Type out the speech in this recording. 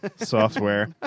software